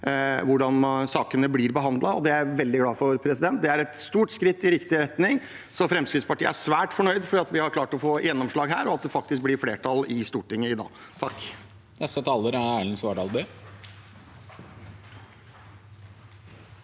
hvordan sakene blir behandlet. Det er jeg veldig glad for. Det er et stort skritt i riktig retning. Fremskrittspartiet er svært fornøyd med at vi har klart å få gjennomslag her, og at det faktisk blir flertall i Stortinget i dag.